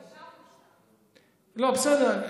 אישרתם, לא, בסדר.